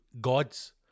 gods